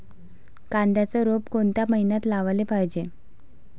कांद्याचं रोप कोनच्या मइन्यात लावाले पायजे?